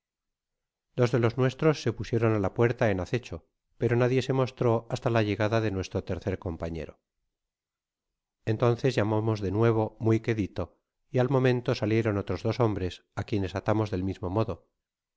dos de los nuestros se pusieron á la puerta en acecho pero nadie se mostró hasta la llegada de nuestro tercer compañero entonces llamamos de nuevo muy quedito y al momento salieron otros dos hombres á quienes atamos del mismo modo